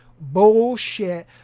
bullshit